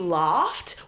laughed